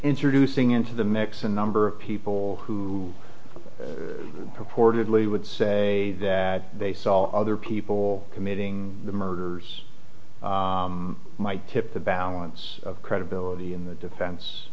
introducing into the mix a number of people who purportedly would say that they saw other people committing the murder might tip the balance of credibility in the defen